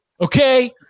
Okay